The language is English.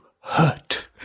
hurt